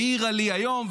העירה לי היום,